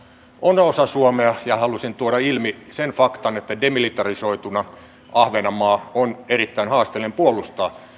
on osa suomea ja halusin tuoda ilmi sen faktan että demilitarisoituna ahvenanmaa on erittäin haasteellinen puolustaa